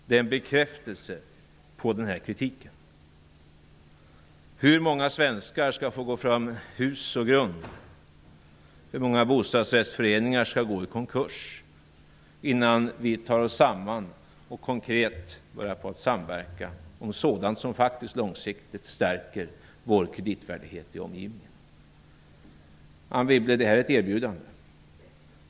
Det är en bekräftelse på kritiken. Hur många svenskar skall få gå från hus och hem och hur många bostadsrättsföreningar skall gå i konkurs innan vi tar oss samman och börjar samverka konkret om sådant som faktiskt långsiktigt stärker vår kreditvärdighet gentemot omgivningen? Anne Wibble, det här är ett erbjudande.